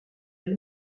elle